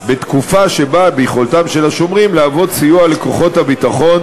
בתקופה שבה ביכולתם של השומרים להוות סיוע לכוחות הביטחון